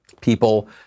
people